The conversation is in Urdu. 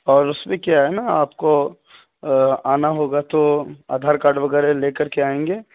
اور اس میں کیا ہے نا آپ کو آنا ہوگا تو آدھار کارڈ وغیرہ لے کر کے آئیں گے